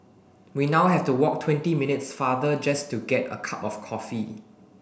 we now have to walk twenty minutes farther just to get a cup of coffee